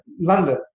London